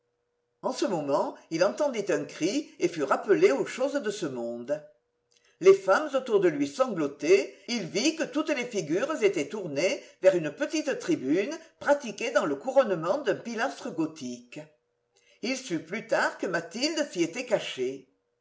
en ce moment il entendit un cri et fut rappelé aux choses de ce monde les femmes autour de lui sanglotaient il vit que toutes les figures étaient tournées vers une petite tribune pratiquée dans le couronnement d'un pilastre gothique il sut plus tard que mathilde s'y était cachée